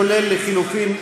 כולל לחלופין,